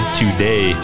today